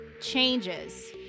changes